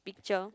picture